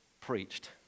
preached